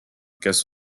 kes